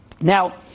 Now